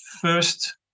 first